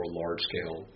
large-scale